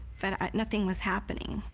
but nothing was happening.